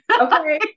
Okay